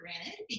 granted